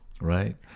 right